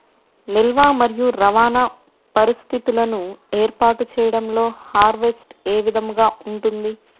నిల్వ మరియు రవాణా పరిస్థితులను ఏర్పాటు చేయడంలో హార్వెస్ట్ ఏ విధముగా ఉంటుంది?